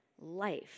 Life